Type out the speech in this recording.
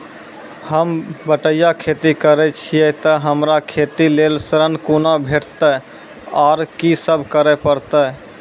होम बटैया खेती करै छियै तऽ हमरा खेती लेल ऋण कुना भेंटते, आर कि सब करें परतै?